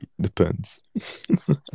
depends